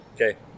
Okay